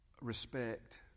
respect